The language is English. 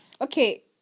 okay